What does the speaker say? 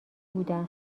بودن